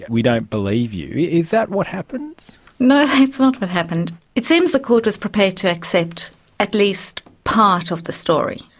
we don't believe you. is that what happened? no, that's not what happened. it seems the court was prepared to accept at least part of the story.